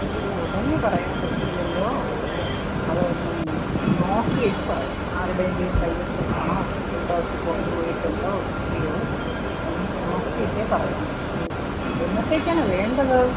അത് ഉടനെ പറയാൻ പറ്റില്ലല്ലോ അത് ഞാൻ നോക്കിയിട്ട് പറയാം ആരുടെയെങ്കിലും കൈവശം ആണോ ഇവിടെ വച്ച് കൊണ്ട് പോയിട്ടുണ്ടോ ഇല്ലയോ ഒന്ന് നോക്കിയിട്ടേ പറയാൻ പറ്റൂള്ളൂ എന്നത്തേക്കാണ് വേണ്ടത്